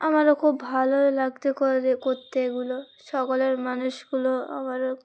আমারও খুব ভালোই লাগতে করতে এগুলো সকলের মানুষগুলো আমারও